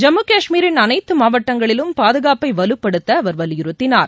ஜம்மு காஷ்மீரின் அனைத்து மாவட்டங்களிலும் பாதுகாப்பை வலுப்படுத்த அவர் வலியுறுத்தினார்